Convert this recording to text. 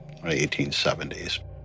1870s